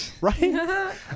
right